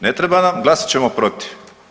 Ne treba nam, glasat ćemo protiv.